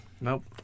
Nope